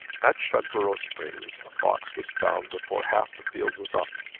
at shugborough springs a fox was found before half the field was up,